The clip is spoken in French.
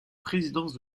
présidence